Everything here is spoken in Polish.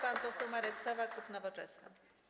Pan poseł Marek Sowa, klub Nowoczesna.